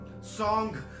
Song